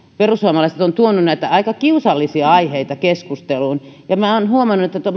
perussuomalaiset ovat tuoneet näitä aika kiusallisia aiheita keskusteluun ja minä olen huomannut että